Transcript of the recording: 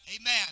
Amen